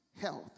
health